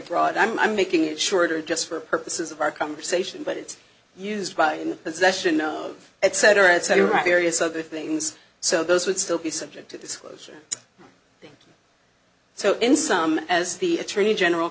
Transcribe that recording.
broad i'm making it shorter just for purposes of our conversation but it's used in the possession of et cetera et cetera various other things so those would still be subject to disclosure so in some as the attorney general